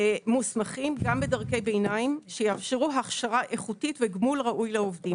מוסמכים גם בדרכי ביניים שיאפשרו הכשרה איכותית וגמול ראוי לעובדים.